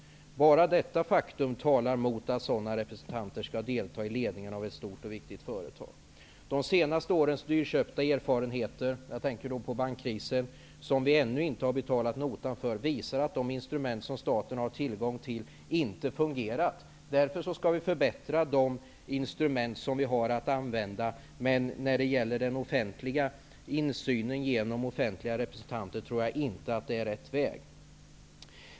Bara detta faktum talar mot att sådana representanter skall delta i ledningen av ett stort och viktigt företag. De senaste årens dyrköpta erfarenheter -- jag tänker på bankkrisen -- som vi ännu inte har betalat notan för visar att de instrument som staten har tillgång till inte fungerat. Därför skall vi förbättra de instrument som vi har. Men att ha insyn genom offentliga företrädare tror jag inte är rätt väg.